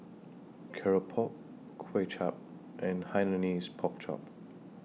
Keropok Kuay Chap and Hainanese Pork Chop